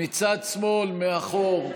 מצד שמאל מאחור,